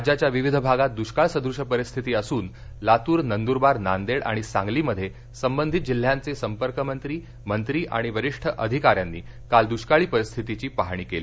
राज्याच्या विविध भागात दुष्काळ सदृश परिस्थिती असून लातूर नंदुरबार नांदेड आणि सांगली मध्ये संबंधित जिल्ह्यांचे संपर्क मंत्री मंत्री आणि वरिष्ठ अधिकाऱ्यांनी दुष्काळी परिस्थितीची पाहणी केली